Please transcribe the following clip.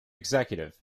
executive